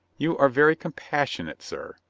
you are very compassionate, sir,